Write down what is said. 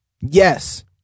Yes